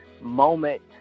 moment